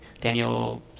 Daniel